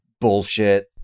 bullshit